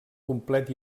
complet